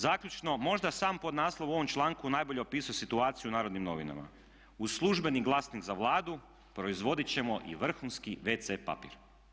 Zaključno, možda sam podnaslov u ovom članku najbolje opisuje situaciju u Narodnim novinama, uz službeni glasnik za Vladu proizvoditi ćemo i vrhunski wc papir.